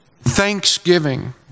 thanksgiving